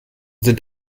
sind